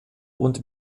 und